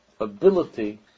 ability